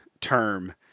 term